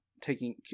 taking